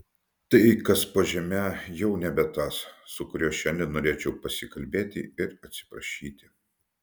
tai kas po žeme jau nebe tas su kuriuo šiandien norėčiau pasikalbėti ir atsiprašyti